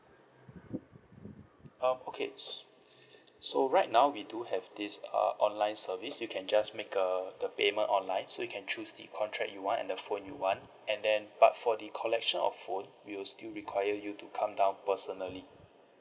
um okay s~ so right now we do have this uh online service you can just make a the payment online so you can choose the contract you want and the phone you want and then but for the collection of phone we will still require you to come down personally